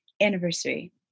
anniversary